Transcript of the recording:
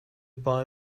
buy